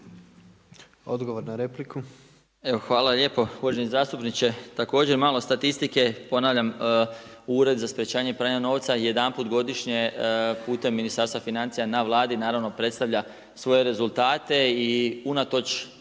Odgovor na repliku.